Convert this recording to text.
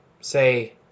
say